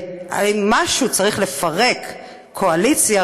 אם משהו צריך לפרק קואליציה,